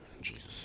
Jesus